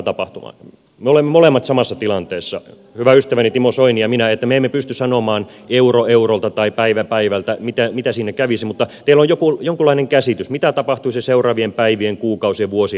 me olemme molemmat samassa tilanteessa hyvä ystäväni timo soini ja minä että me emme pysty sanomaan euro eurolta tai päivä päivältä mitä siinä kävisi mutta teillä on jonkunlainen käsitys mitä tapahtuisi seuraavien päivien kuukausien vuosien aikana